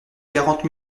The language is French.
quarante